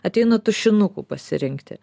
ateina tušinukų pasirinkti